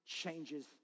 changes